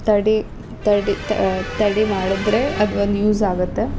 ತಡೆ ತಡೆ ತಡೆ ಮಾಡದ್ರೆ ಅದು ಒಂದು ಯೂಸ್ ಆಗತ್ತೆ